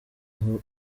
aho